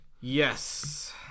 Yes